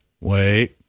wait